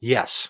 Yes